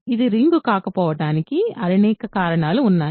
ఇది రింగ్ కాకపోవడానికి అనేక కారణాలు ఉన్నాయి